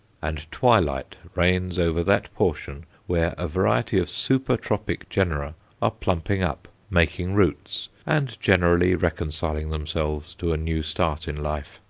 and twilight reigns over that portion where a variety of super-tropic genera are plumping up, making roots, and generally reconciling themselves to a new start in life.